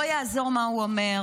לא יעזור מה הוא אומר,